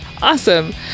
Awesome